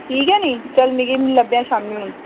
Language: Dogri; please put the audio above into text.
ठीक ऐ नी चल मिगी लब्भेआं शाम्मीं हून